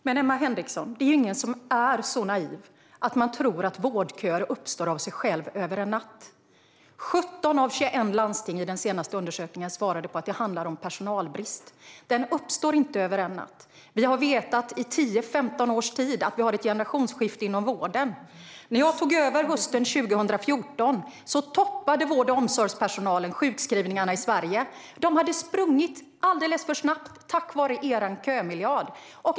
Herr talman! Men, Emma Henriksson, det är ju ingen som är så naiv att man tror att vårdköer uppstår av sig själva över en natt. I den senaste undersökningen svarade 17 av 21 landsting att det handlar om personalbrist. Den bristen uppstår inte över en natt. Vi har vetat i tio femton års tid att det sker ett generationsskifte inom vården. När jag tog över hösten 2014 toppade vård och omsorgspersonalen sjukskrivningarna i Sverige. Sjuktalen hade skenat i väg alldeles för snabbt tack vare er kömiljard.